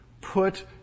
Put